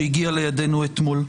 שהגיעה לידינו אתמול.